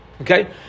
Okay